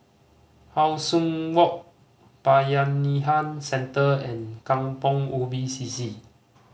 How Sun Walk Bayanihan Centre and Kampong Ubi C C